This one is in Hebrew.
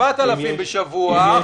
7,000 בשבוע,